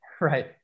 Right